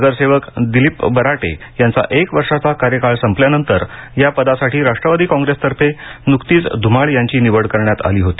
नगरसेवक दिलीप बराटे यांचा एक वर्षाचा कार्यकाल संपल्याने या पदासाठी राष्ट्रवादी काँग्रेसतर्फे न्कतीच ध्रमाळ यांची निवड करण्यात आली होती